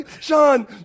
Sean